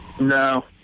No